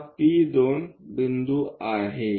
हा P2 बिंदू आहे